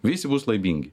visi bus laimingi